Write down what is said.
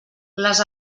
les